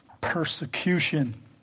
Persecution